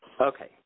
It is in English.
Okay